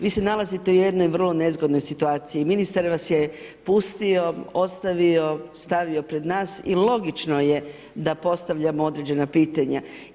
Vi se nalazite u jednoj vrlo nezgodnoj situaciji, ministar vas je pustio, ostavio, stavio pred nas i logično je da postavljamo određena pitanja.